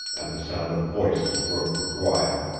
and the sound of voices broke the quiet.